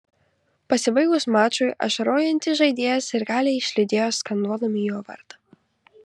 pasibaigus mačui ašarojantį žaidėją sirgaliai išlydėjo skanduodami jo vardą